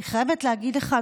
אני חייבת להגיד לך,